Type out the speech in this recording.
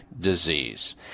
disease